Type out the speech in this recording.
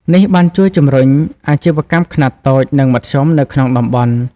នេះបានជួយជំរុញអាជីវកម្មខ្នាតតូច និងមធ្យមនៅក្នុងតំបន់។